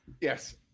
Yes